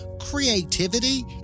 creativity